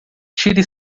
tire